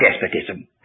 despotism